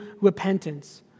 repentance